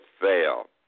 fail